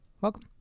Welcome